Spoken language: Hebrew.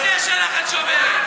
רק על הכיסא שלך את שומרת,